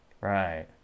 Right